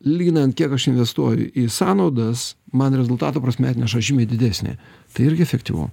lyginant kiek aš investuoju į sąnaudas man rezultatų prasme atneša žymiai didesnį tai irgi efektyvu